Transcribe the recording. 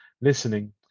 listening